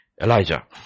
Elijah